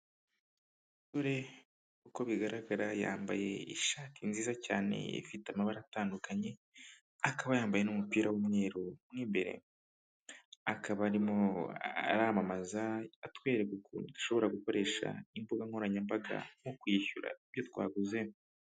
Dore uko bigaragara yambaye ishati nziza cyane ifite amabara atandukanye akaba yambaye n'umupira w'umweru mu imbere, akaba arimo aramamaza atwereka ukuntu dushobora gukoresha imbuga nkoranyambaga nko kwishyura ibyo twaguze.